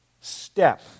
step